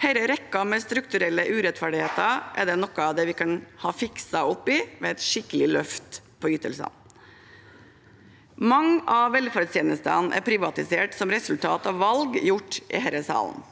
Denne rekken med strukturelle urettferdigheter er noe av det vi kunne ha fikset opp i med et skikkelig løft i ytelsene. Mange av velferdstjenestene er privatisert som resultat av valg gjort i denne salen.